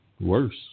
worse